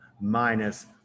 minus